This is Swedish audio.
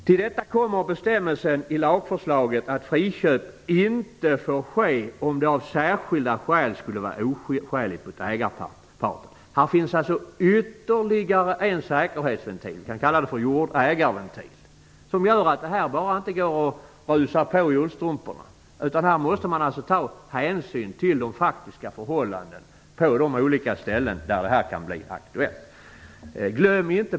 Till detta kommer bestämmelsen i lagförslaget att friköp inte får ske om det av särskilda skäl skulle vara oskäligt mot ägarparten. Här finns alltså ytterligare en säkerhetsventil, vi kan kalla det för jordägarventil, som gör att det inte bara går att rusa på i ullstrumporna. Man måste ta hänsyn till de faktiska förhållandena på de olika ställen där det här kan bli aktuellt.